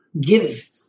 give